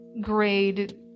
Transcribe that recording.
grade